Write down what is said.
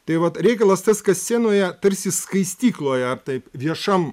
tai vat reikalas tas kad scenoje tarsi skaistykloje taip viešam